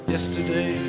Yesterday